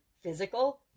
physical